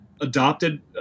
adopted